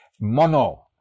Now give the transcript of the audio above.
mono-